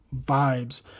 vibes